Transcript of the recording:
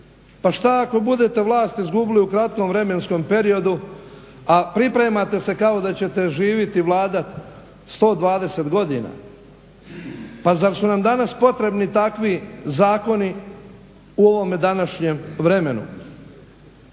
Pa šta ako budete vlast izgubili u kratkom vremenskom periodu a pripremate se kao da ćete živjeti i vladati 120 godina? Pa zar su nam danas potrebni takvi zakoni u ovome današnjem vremenu?